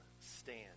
stand